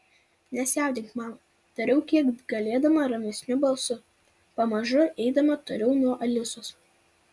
nesijaudink mama tariau kiek galėdama ramesniu balsu pamažu eidama toliau nuo alisos